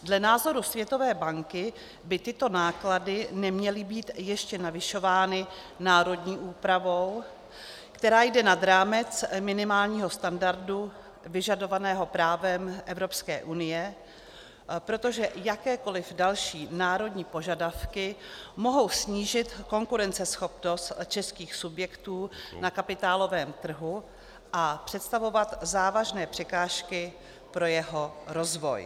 Dle názoru Světové banky by tyto náklady neměly být ještě navyšovány národní úpravou, která jde nad rámec minimálního standardu vyžadovaného právem Evropské unie, protože jakékoliv další národní požadavky mohou snížit konkurenceschopnost českých subjektů na kapitálovém trhu a představovat závažné překážky pro jeho rozvoj.